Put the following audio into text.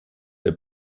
der